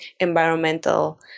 environmental